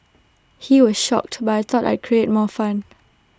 he was shocked but I thought I created more fun